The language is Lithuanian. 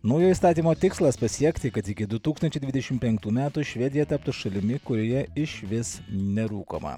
naujo įstatymo tikslas pasiekti kad iki du tūkstančiai dvidešim penktų metų švedija taptų šalimi kurioje išvis nerūkoma